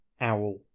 owl